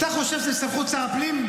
אתה חושב שזו סמכות שר הפנים?